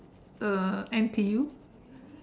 uh N_T_U